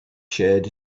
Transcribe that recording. shared